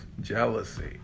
jealousy